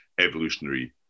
evolutionary